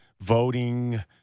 voting